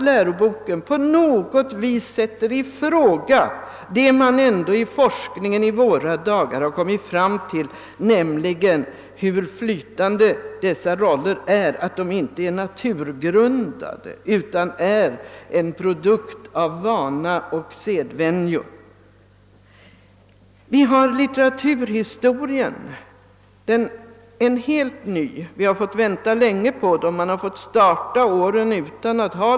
Läroboken sätter inte på något vis i fråga vad forskningen i våra dagar ändå har kommit fram till, nämligen hur flytande vissa roller är och att de inte är naturgrundade utan en produkt av vana och sedvänjor. Vi brukar få vänta länge på läroböc ker i litteraturhistoria och har fått starta läsåren utan sådana.